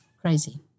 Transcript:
crazy